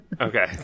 Okay